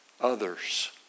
others